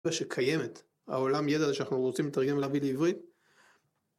שקיימת העולם ידע שאנחנו רוצים לתרגם להבין לעברית